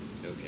Okay